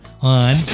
on